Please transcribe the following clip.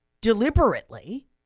deliberately